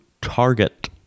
target